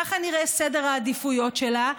ככה נראה סדר העדיפויות שלה,